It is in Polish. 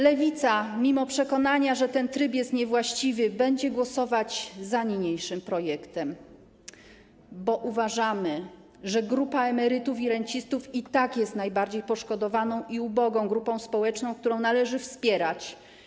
Lewica mimo przekonania, że ten tryb jest niewłaściwy, będzie głosować za niniejszym projektem, bo uważamy, że grupa emerytów i rencistów i tak jest najbardziej poszkodowaną i ubogą grupą społeczną, którą należy wspierać.